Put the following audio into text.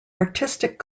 artistic